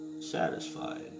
satisfied